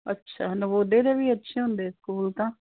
ਅੱਛਾ ਨਵੋਦਿਆ ਦੇ ਵੀ ਅੱਛੇ ਹੁੰਦੇ ਸਕੂਲ ਤਾਂ